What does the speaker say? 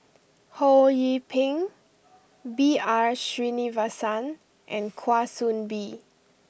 Ho Yee Ping B R Sreenivasan and Kwa Soon Bee